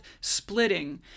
Splitting